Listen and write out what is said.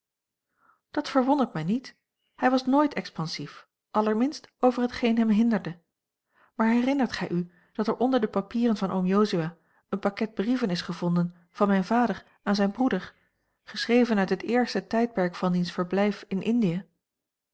dat verwondert mij niet hij was nooit expansief allerminst over hetgeen hem hinderde maar herinnert gij u dat er onder de papieren van oom jozua een pakket brieven is gevonden van mijn vader aan zijn broeder geschreven uit het eerste tijdperk van diens verblijf in indië